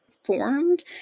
Formed